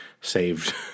saved